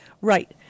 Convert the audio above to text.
Right